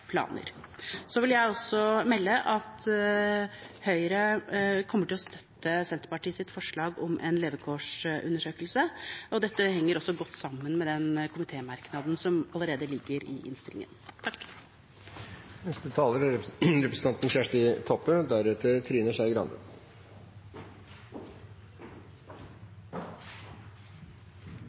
planer. Så vil jeg melde at Høyre støtter Senterpartiets forslag om en levekårsundersøkelse, og dette henger godt sammen med komitémerknaden som allerede ligger i innstillingen.